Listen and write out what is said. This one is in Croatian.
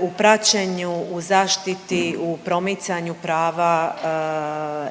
u praćenju, u zaštiti, u promicanju prava.